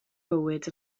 bywyd